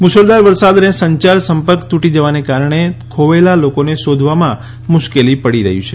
મુશળધાર વરસાદ અને સંચાર સંપર્ક તૂટી જવાને લીધે ખોવાયેલા લોકોને શોધવામાં મુશ્કેલી પડી રહી છે